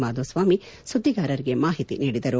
ಮಾಧುಸ್ವಾಮಿ ಸುದ್ದಿಗಾರರಿಗೆ ಮಾಹಿತಿ ನೀಡಿದರು